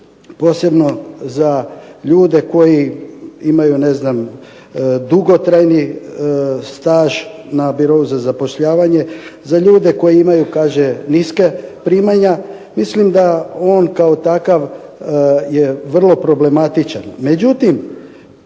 posebno za ljube koji imaju ne znam dugotrajni staž na Birou za zapošljavanje, za ljude koji imaju niska pitanja, mislim da je on kao takav vrlo problematičan. Međutim,